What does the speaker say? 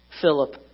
Philip